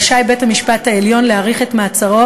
רשאי בית-המשפט העליון להאריך את מעצרו